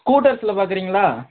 ஸ்கூட்டர்ஸ்சில் பார்க்கறீங்களா